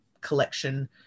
collection